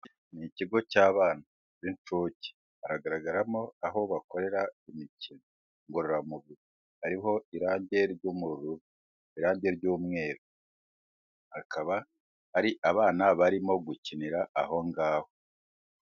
Ni ikigo cy'abana b'incuke, haragaragaramo aho bakorera imikino ngororamubiri, hariho irange ry'ubururu , irange ry'umweru, akaba ari abana barimo gukinira aho ngaho.